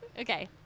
Okay